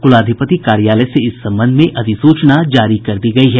कुलाधिपति कार्यालय से इस संबंध में अधिसूचना जारी कर दी गयी है